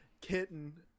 kitten